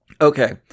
Okay